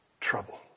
trouble